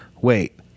wait